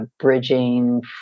bridging